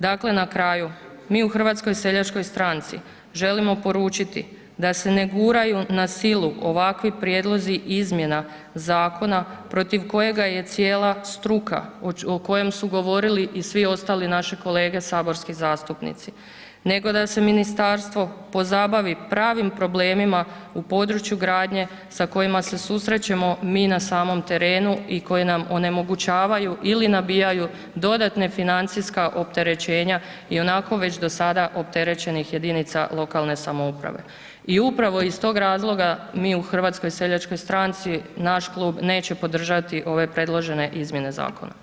Dakle, na kraju, mi u HSS-u želimo poručiti da se ne guraju na silu ovakvi prijedlozi izmjena zakona protiv kojega je cijela struka o kojem su govorili i svi ostali naši kolege saborski zastupnici, nego da se ministarstvo pozabavi pravim problemima u području gradnje, sa kojima se susrećemo mi na samom terenu i koji nam onemogućavaju ili nabijaju dodatna financijska opterećenja ionako već do sada opterećenih jedinice lokalne samouprave i upravo iz tog razloga mi u HSS-u, naš klub neće podržati ove predložene izmjene zakona.